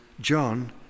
John